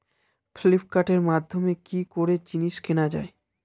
ফ্লিপকার্টের মাধ্যমে কি করে জিনিস কেনা যায়?